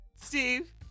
Steve